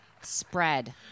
spread